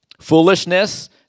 foolishness